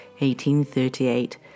1838